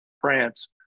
France